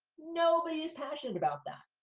nobody's passionate about that.